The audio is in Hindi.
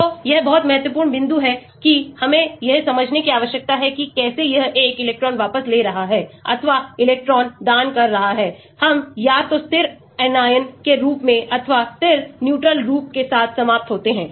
तो यह बहुत महत्वपूर्ण बिंदु है कि हमें यह समझने की आवश्यकता है कि कैसे यह एक इलेक्ट्रॉन वापस ले रहा हैअथवा इलेक्ट्रॉन दान कर रहा है हम या तो स्थिर anion के रूप में अथवा स्थिर न्यूट्रल रूप के साथ समाप्त होते हैं